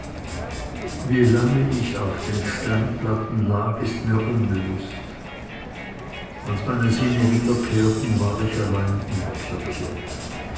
wie lange ich auf den steinplatten lag ist mir unbewußt als meine sinne wiederkehrten war ich allein in der kirche